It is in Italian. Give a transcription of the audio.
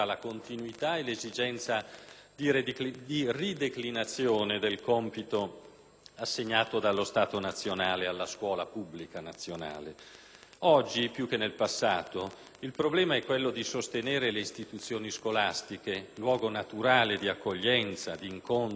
di rideclinazione del compito assegnato dallo Stato nazionale alla scuola pubblica nazionale. Oggi, più che nel passato, il problema è quello di sostenere le istituzioni scolastiche, luogo naturale di accoglienza, di incontro, di confronto, di scambio,